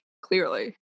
Clearly